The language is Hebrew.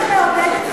מעודדת חטיפות,